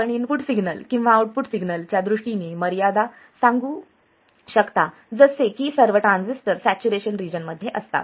आपण input signal किंवा output सिग्नलच्या दृष्टीने मर्यादा सांगू करू शकता जसे की सर्व ट्रान्झिस्टर सॅच्युरेशन रिजन मध्ये असतात